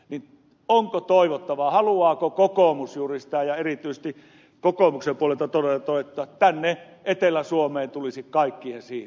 onko toivottavaa ja haluaako kokoomus juuri sitä kun erityisesti kokoomuksen puolelta näin todetaan että tänne etelä suomeen tulisi kaikkien siirtyä